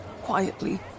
quietly